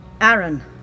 Aaron